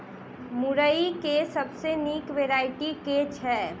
मुरई केँ सबसँ निक वैरायटी केँ छै?